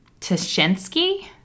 Tashinsky